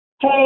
Hey